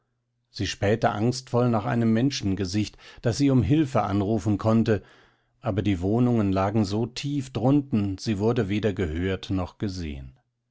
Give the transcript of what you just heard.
sie spähte angstvoll nach einem menschengesicht das sie um hilfe anrufen konnte aber die wohnungen lagen so tief drunten sie wurde weder gehört noch gesehen